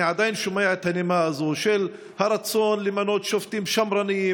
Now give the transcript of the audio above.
אני עדיין שומע את הנימה הזאת של הרצון למנות שופטים שמרנים,